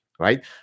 right